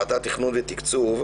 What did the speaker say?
ועדת תכנון ותקצוב,